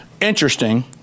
interesting